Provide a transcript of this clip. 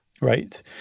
Right